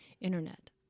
internet